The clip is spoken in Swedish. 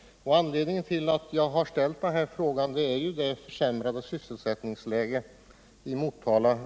Min fråga föranleddes av det under den senaste tiden försämrade sysselsättningsläget i Motala.